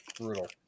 brutal